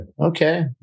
Okay